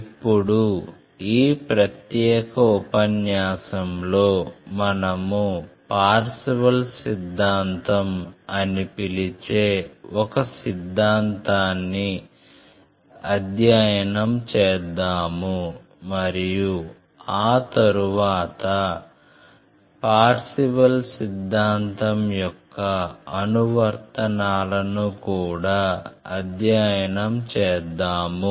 ఇప్పుడు ఈ ప్రత్యేక ఉపన్యాసంలో మనము పార్శివల్ సిద్ధాంతం అని పిలిచే ఒక సిద్ధాంతాన్ని అధ్యయనం చేద్దాము మరియు ఆ తరువాత పార్శివల్ సిద్ధాంతం యొక్క అనువర్తనాలను కూడా అధ్యయనం చేద్దాము